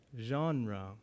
genre